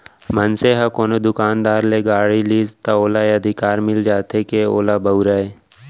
मनसे ह कोनो दुकानदार ले गाड़ी लिस त ओला ए अधिकार मिल जाथे के ओला बउरय